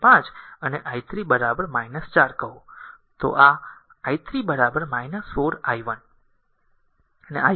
5 અને i 3 r 4 કહો જે આ i 3 4 i 1 અને i 1 20